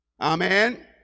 Amen